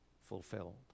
fulfilled